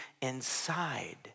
inside